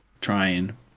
trying